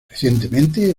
recientemente